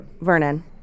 Vernon